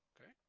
Okay